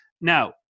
Now